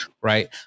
Right